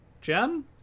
Jen